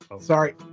sorry